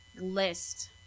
list